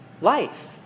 life